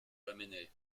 lamennais